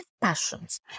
passions